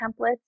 templates